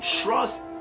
trust